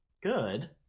good